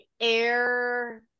air